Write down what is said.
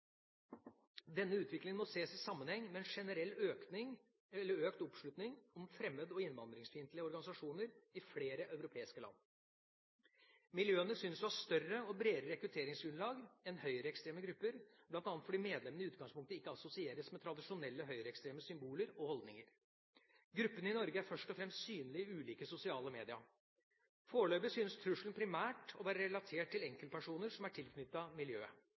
Denne utviklingen må ses i sammenheng med en generell økt oppslutning om fremmed- og innvandringsfiendtlige organisasjoner i flere europeiske land. Miljøene syns å ha større og bredere rekrutteringsgrunnlag enn høyreekstreme grupper, bl.a. fordi medlemmene i utgangspunktet ikke assosieres med tradisjonelle høyreekstreme symboler og holdninger. Gruppene i Norge er først og fremst synlige i ulike sosiale medier. Foreløpig syns trusselen primært å være relatert til enkeltpersoner som er tilknyttet miljøet.